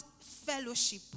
fellowship